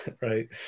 Right